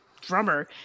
drummer